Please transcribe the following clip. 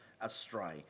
astray